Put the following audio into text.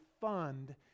fund